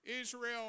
Israel